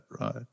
right